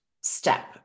step